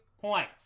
points